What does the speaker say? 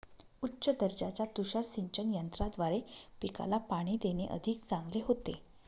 उच्च दर्जाच्या तुषार सिंचन यंत्राद्वारे पिकाला पाणी देणे अधिक चांगले होते